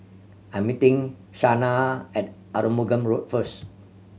I'm meeting Shanna at Arumugam Road first